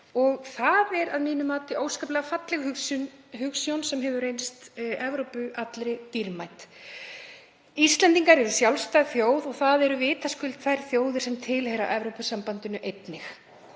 það er, að mínu mati, óskaplega falleg hugsjón sem hefur reynst Evrópu allri dýrmæt. Íslendingar eru sjálfstæð þjóð og það eru vitaskuld þær þjóðir sem tilheyra Evrópusambandinu einnig.